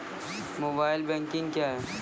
Mobile banking क्या हैं?